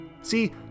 See